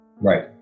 Right